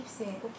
Okay